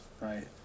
right